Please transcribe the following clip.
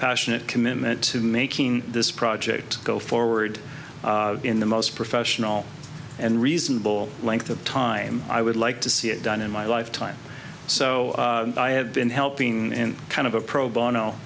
passionate commitment to making this project go forward in the most professional and reasonable length of time i would like to see it done in my lifetime so i have been helping in kind of a pro bono